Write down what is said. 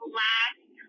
last